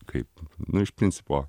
kaip nu iš principo